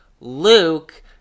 Luke